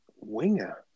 Winger